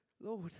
Lord